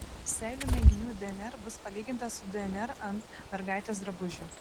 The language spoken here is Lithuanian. seilių mėginių dnr bus palyginta su dnr ant mergaitės drabužių